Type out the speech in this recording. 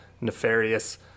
nefarious